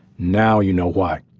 now you know why.